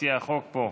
מציע החוק פה.